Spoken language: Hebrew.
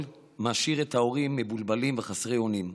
משאירה את ההורים מבולבלים וחסרי אונים.